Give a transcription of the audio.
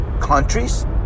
countries